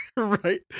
Right